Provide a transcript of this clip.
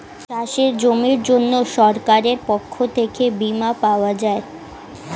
চাষের জমির জন্য সরকারের পক্ষ থেকে বীমা পাওয়া যায়